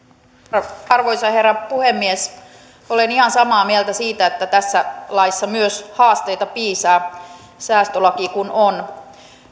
arvoisa arvoisa herra puhemies olen ihan samaa mieltä siitä että tässä laissa myös haasteita piisaa säästölaki kun on